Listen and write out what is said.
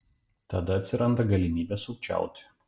tada atsiranda galimybė sukčiauti